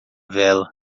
vela